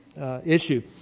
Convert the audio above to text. issue